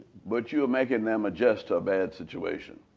but you're making them adjust to a bad situation.